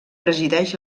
presideix